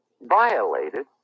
violated